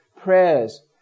prayers